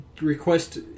request